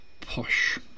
posh